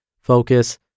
focus